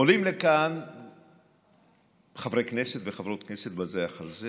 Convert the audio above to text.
עולים לכאן חברי כנסת וחברות כנסת בזה אחר זה